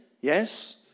yes